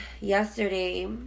Yesterday